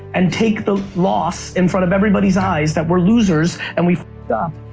and take the loss in front of everybody's eyes, that we're losers, and we've up,